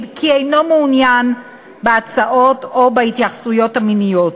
כי אינו מעוניין בהצעות או בהתייחסויות המיניות.